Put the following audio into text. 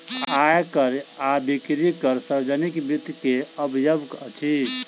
आय कर आ बिक्री कर सार्वजनिक वित्त के अवयव अछि